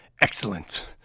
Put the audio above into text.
Excellent